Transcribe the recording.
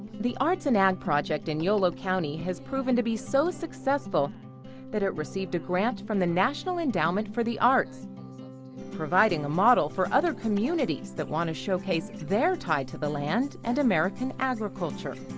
the arts and ag project in yolo county has proven to be so successful that it received a grant from the national endowment for the arts providing a model for other communities that want to showcase their tie to the land and american agriculture.